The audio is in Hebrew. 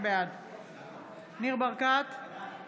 בעד ניר ברקת, בעד יאיר